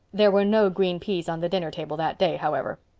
there were no green peas on the dinner table that day, however.